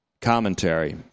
Commentary